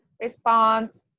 response